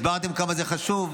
הסברתם כמה זה חשוב,